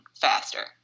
faster